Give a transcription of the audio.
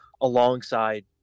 alongside